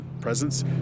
presence